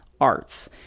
arts